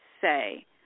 say